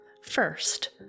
First